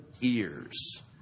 ears